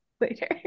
later